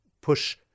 push